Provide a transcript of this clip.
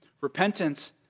Repentance